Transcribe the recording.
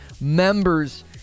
members